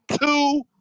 Two